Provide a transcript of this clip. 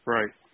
Right